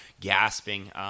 gasping